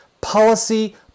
policy